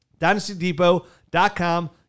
DynastyDepot.com